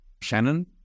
Shannon